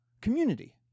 community